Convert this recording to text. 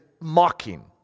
mocking